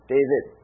David